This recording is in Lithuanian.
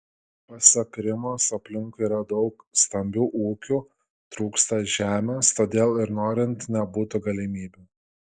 pasak rimos aplinkui yra daug stambių ūkių trūksta žemės todėl ir norint nebūtų galimybių